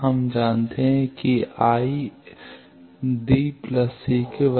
हम जानते हैं कि I D C